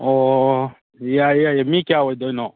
ꯑꯣ ꯌꯥꯏꯌꯦ ꯌꯥꯏꯌꯦ ꯃꯤ ꯀꯌꯥ ꯑꯣꯏꯗꯣꯏꯅꯣ